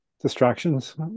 distractions